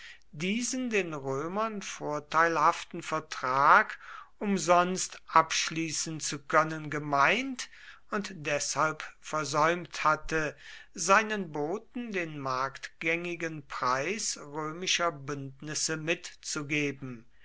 diesen den römern vorteilhaften vertrag umsonst abschließen zu können gemeint und deshalb versäumt hatte seinen boten den marktgängigen preis römischer bündnisse mitzugeben